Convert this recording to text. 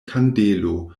kandelo